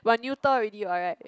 one neuter already [what] right